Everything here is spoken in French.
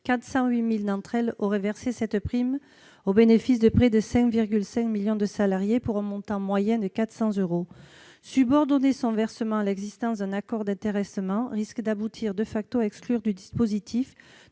408 000 d'entre elles auraient versé cette prime à près de 5,5 millions de salariés, pour un montant moyen de 400 euros. Subordonner son versement à l'existence d'un accord d'intéressement risque,, d'exclure du dispositif